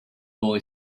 boy